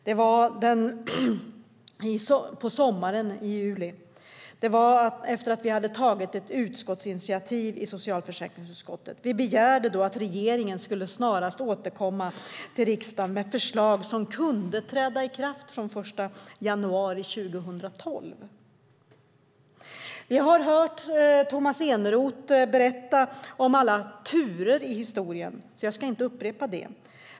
Det var i juli förra året efter att vi hade tagit ett utskottsinitiativ i socialförsäkringsutskottet. Vi begärde att regeringen snarast skulle återkomma till riksdagen med ett förslag som kunde träda i kraft från den 1 januari 2012. Vi har hört Tomas Eneroth berätta om alla turer i historien, så jag ska inte upprepa det.